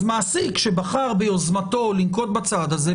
אז מעסיק שבחר ביוזמתו לנקוט בצעד הזה,